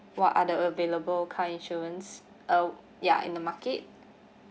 what are the available car insurance uh ya in the market